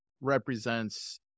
represents